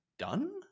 done